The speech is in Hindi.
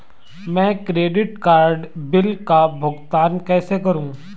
मैं क्रेडिट कार्ड बिल का भुगतान कैसे करूं?